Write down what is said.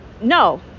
no